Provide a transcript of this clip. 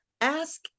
ask